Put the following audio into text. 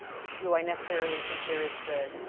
do i necessarily think there is that,